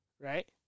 right